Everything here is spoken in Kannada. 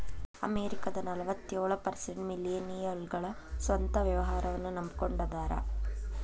ಅಮೆರಿಕದ ನಲವತ್ಯೊಳ ಪರ್ಸೆಂಟ್ ಮಿಲೇನಿಯಲ್ಗಳ ಸ್ವಂತ ವ್ಯವಹಾರನ್ನ ನಂಬಕೊಂಡ ಅದಾರ